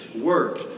work